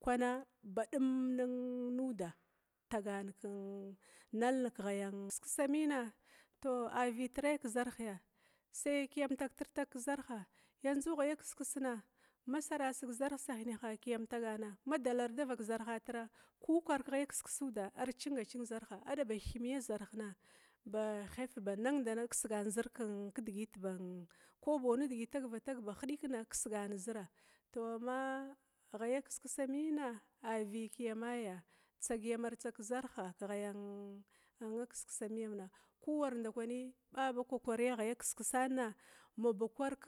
kwana badum nada taga kenkir nalnig ghaya to kiskisa mina tou avitrabi kezarh sai kiyam tagtirtag kezarha, kanju ghaya kiskisna ma sarasig sa ma hinehna kiyam tagana, ma dalar davak zarhavir kou kwar keghaya kiskisa artaga na zarh ar cinga cing zarh adaba thimiya zarh hett ba nandanan kisgana zir kou bawa tagva tag ba hidikina kisgan zira tou ama kiskisamina a vikiyamabi tsagi yamartsag kezarha keghaya kiskisamina kuwar ndakwani ɓa ghaya kiskisana maba kwar keghaya.